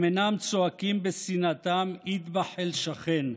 הם אינם צועקים בשנאתם "אטבח אל-שכן"